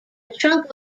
trunk